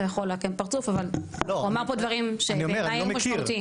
אתה יכול לעקם פרצוף אבל הוא אמר פה דברים שבעיני היו משמעותיים.